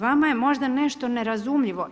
Vama je možda nešto nerazumljivo.